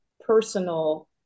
personal